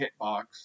hitbox